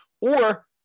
Or-